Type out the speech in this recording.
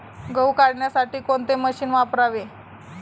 गहू काढण्यासाठी कोणते मशीन वापरावे?